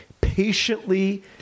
patiently